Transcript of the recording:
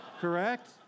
correct